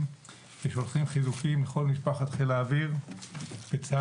ושולחים חיזוקים לכל משפחת חיל האוויר וצה"ל,